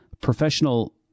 professional